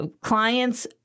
clients